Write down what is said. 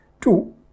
two